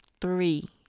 three